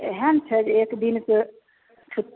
तऽ एहन छै जे एक दिनके छु